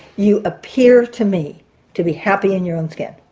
you appear to me to be happy in your own skin.